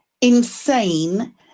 insane